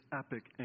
epic